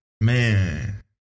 man